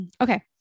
Okay